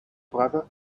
brother